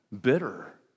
Bitter